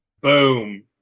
boom